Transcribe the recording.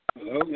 Hello